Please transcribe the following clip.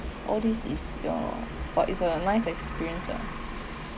all this is your what is a nice experience lah